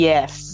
Yes